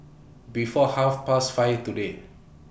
before Half Past five today